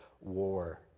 war